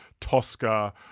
Tosca